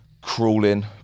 crawling